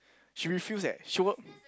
she refuse eh she work